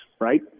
right